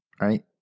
right